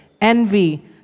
envy